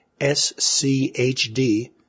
SCHD